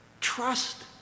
trust